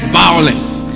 violence